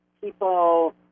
people